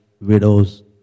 widows